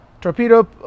torpedo